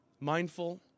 Mindful